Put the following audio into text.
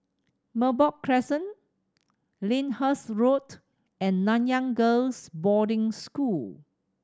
Merbok Crescent Lyndhurst Road and Nanyang Girls' Boarding School